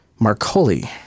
Marcoli